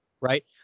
right